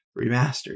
remastered